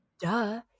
Duh